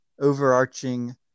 overarching